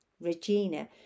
Regina